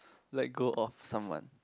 let go of someone